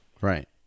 Right